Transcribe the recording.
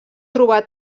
trobar